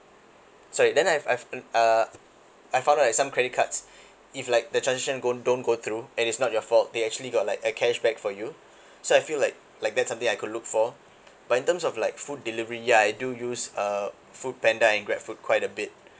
sorry then I I've uh I found out like some credit cards if like the transaction don't don't go through and it's not your fault they actually got like a cashback for you so I feel like like that's something I could look for but in terms of like food delivery ya I do use uh FoodPanda and GrabFood quite a bit